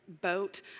boat